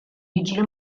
jiġri